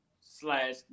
slash